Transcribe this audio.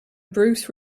bruce